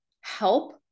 help